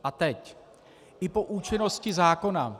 A teď i po účinnosti zákona...